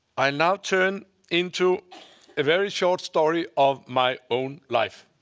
i now turn into a very short story of my own life.